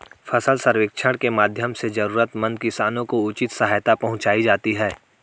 फसल सर्वेक्षण के माध्यम से जरूरतमंद किसानों को उचित सहायता पहुंचायी जाती है